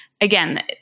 again